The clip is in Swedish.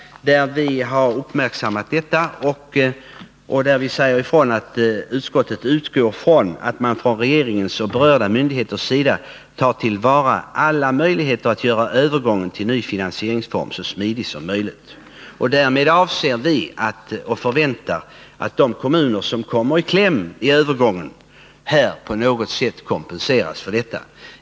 Där står: ”Utskottet utgår från att man från regeringens och berörda myndigheters sida tar till vara alla möjligheter att göra övergången till ny finansieringsform så smidig som möjligt.” Vi förväntar oss då att de kommuner som vid övergången kommer i kläm på något sätt kompenseras.